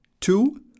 Two